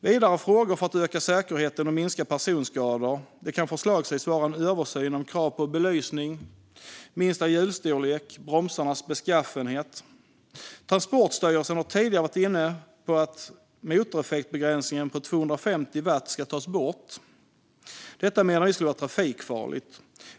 Vidare åtgärder för att öka säkerheten och minska personskador kan förslagsvis vara en översyn av kraven på belysning, minsta hjulstorlek och bromsarnas beskaffenhet. Transportstyrelsen har tidigare varit inne på att motoreffektsbegränsningen på 250 watt tas bort, men detta menar vi vore trafikfarligt.